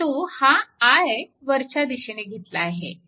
परंतु हा I वरच्या दिशेने घेतला आहे